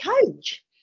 coach